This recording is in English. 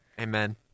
Amen